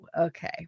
okay